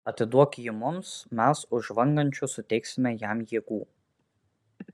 atiduok jį mums mes už žvangančius suteiksime jam jėgų